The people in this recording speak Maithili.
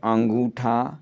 अँगूठा